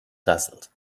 dazzled